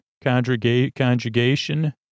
conjugation